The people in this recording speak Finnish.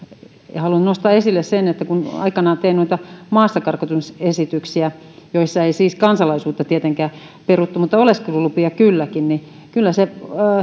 haluan nostaa esille sen että kun aikanaan tein noita maastakarkottamisesityksiä joissa ei siis kansalaisuutta tietenkään peruttu mutta oleskelulupia kylläkin niin kyllä